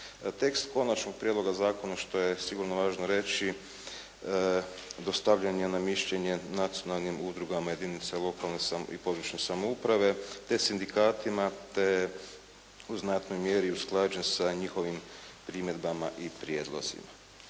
Tekst konačnog prijedloga zakona što je sigurno važno reći, dostavljen je na mišljenje nacionalnim udrugama jedinicama lokalne i područne samouprave, te sindikatima, te je u znatnoj mjeri usklađen sa njihovim primjedbama i prijedlozima.